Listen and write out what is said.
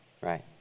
right